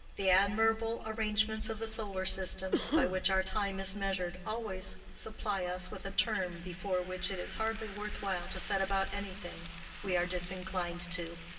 the admirable arrangements of the solar system, by which our time is measured, always supply us with a term before which it is hardly worth while to set about anything we are disinclined to.